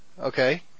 Okay